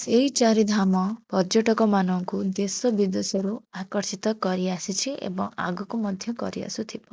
ସେଇ ଚାରି ଧାମ ପର୍ଯ୍ୟଟକମାନଙ୍କୁ ଦେଶ ବିଦେଶରୁ ଆକର୍ଷିତ କରିଆସିଛି ଏବଂ ଆଗକୁ ମଧ୍ୟ କରିଆସୁଥିବ